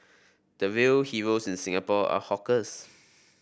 the real heroes in Singapore are hawkers